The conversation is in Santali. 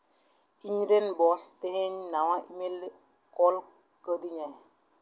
ᱤᱧ ᱨᱮᱱ ᱵᱚᱥ ᱛᱮᱦᱮᱧ ᱱᱟᱣᱟ ᱤᱢᱮᱞᱮ ᱠᱳᱞ ᱠᱟᱣᱫᱤᱧᱟ